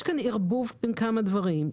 יש כאן ערבוב בין כמה דברים.